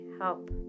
help